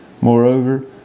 Moreover